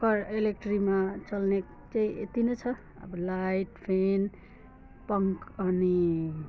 क इलेक्ट्रिकमा चल्ने केही यति नै छ अब लाइट फ्यान पङ्ख अनि